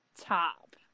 top